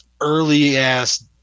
early-ass